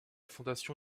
fondation